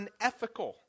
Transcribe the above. unethical